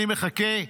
אני מחכה שהדוח,